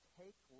take